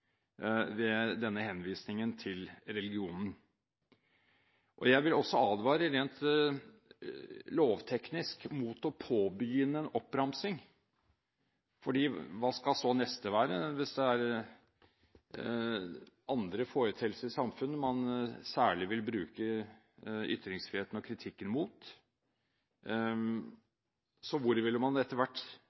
ved denne henvisningen til religionen. Jeg vil også advare rent lovteknisk mot å påbegynne en oppramsing, for hva skal så det neste være, hvis det er andre foreteelser i samfunnet man særlig vil bruke ytringsfriheten og kritikken mot? Hvor vil man etter hvert